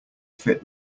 fit